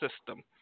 system